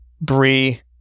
Bree